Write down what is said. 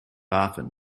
often